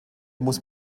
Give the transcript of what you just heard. muss